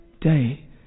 day